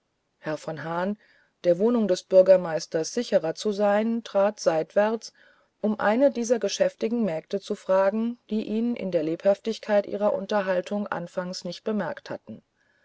herr von hahn der wohnung der bürgermeisters sicherer zu sein trat seitwärts um eine dieser geschäftigen mägde zu fragen die ihn in der lebhaftigkeit ihrer unterhaltung anfangs nicht bemerkt hatte